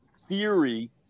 Theory